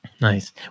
Nice